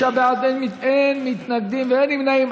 45 בעד, אין מתנגדים ואין נמנעים.